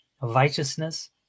righteousness